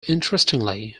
interestingly